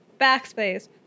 backspace